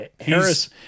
Harris